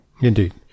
Indeed